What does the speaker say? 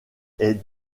est